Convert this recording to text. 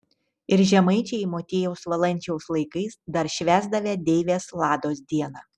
ir žemaičiai motiejaus valančiaus laikais dar švęsdavę deivės lados dieną